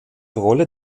rolle